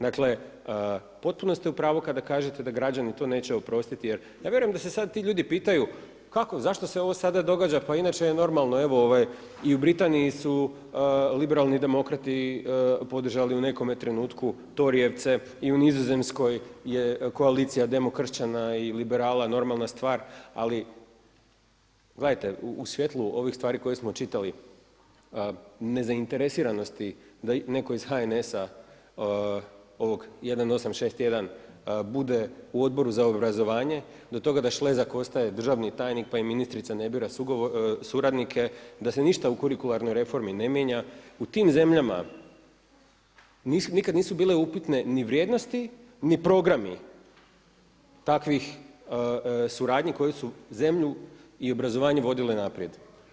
Dakle, potpuno ste u pravu kada kažete da građani to neće oprostiti jer, ja vjerujem da se sad ti ljudi pitaju, kako, zašto se ovo sada događa, pa inače je normalno, evo i u Britaniji su liberalni demokrati podržali u nekome trenutku torijevce i u Nizozemskoj je koalicija demokršćana liberala normalna stvar, ali gledajte u svjetlu ovih stvari koje smo čitali nezainteresiranosti da neko iz HNS-a 1861 bude u Odboru za obrazovanje do toga da Šlezak ostaje državni tajnik pa i ministrica ne bira suradnike, da se ništa u kurikuralnoj reformi ne mijenja u tim zemljama nikad nisu bile upitne ni vrijednosti, ni programi takvih suradnji koji su zemlju i obrazovanje vodili naprijed.